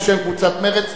בשם קבוצת מרצ,